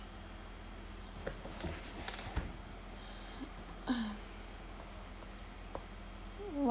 what